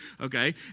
okay